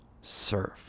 serve